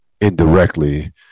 indirectly